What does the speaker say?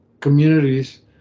communities